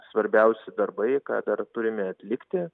svarbiausi darbai ką dar turime atlikti